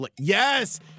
Yes